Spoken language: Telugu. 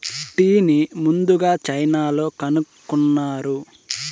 టీని ముందుగ చైనాలో కనుక్కున్నారు